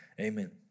amen